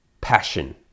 passion